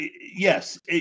yes